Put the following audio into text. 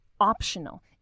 optional